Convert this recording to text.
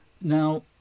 Now